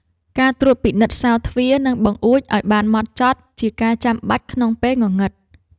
ការត្រួតពិនិត្យសោរទ្វារ និងបង្អួចឱ្យបានហ្មត់ចត់ ជាការចាំបាច់ក្នុងពេលងងឹត។